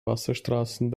wasserstraßen